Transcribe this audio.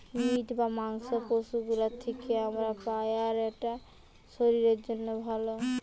meet বা মাংস পশু গুলোর থিকে আমরা পাই আর এটা শরীরের জন্যে ভালো